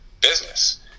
business